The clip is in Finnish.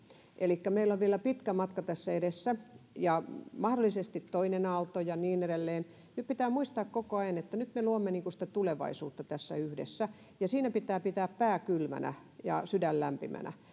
elikkä meillä on vielä pitkä matka tässä edessä ja mahdollisesti toinen aalto ja niin edelleen nyt pitää muistaa koko ajan että nyt me luomme sitä tulevaisuutta tässä yhdessä ja siinä pitää pitää pää kylmänä ja sydän lämpimänä